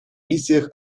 миссиях